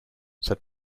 said